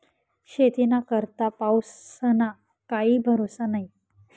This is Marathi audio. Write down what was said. शेतीना करता पाऊसना काई भरोसा न्हई